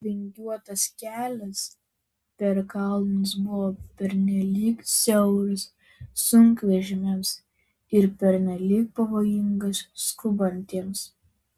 vingiuotas kelias per kalnus buvo pernelyg siauras sunkvežimiams ir pernelyg pavojingas skubantiems